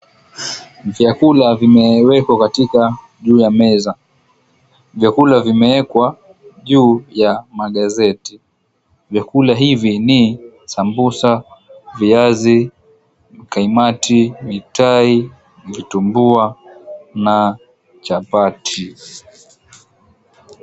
Vyakula vimewekwa katika juu ya meza. Vyakula vimewekwa juu ya magazeti. Vyakula hivi ni sambusa, viazi, kaimati, mitai, kitumbua na chapati.